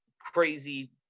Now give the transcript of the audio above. crazy